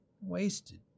wasted